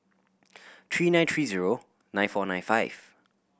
three nine three zero nine four nine five